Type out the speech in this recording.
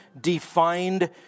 defined